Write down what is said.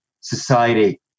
Society